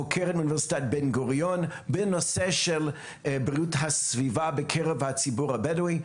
חוקרת מאוניברסיטת בן גוריון בנושא בריאות הסביבה בקרב הציבור הבדואי.